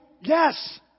Yes